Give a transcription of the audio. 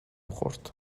خورد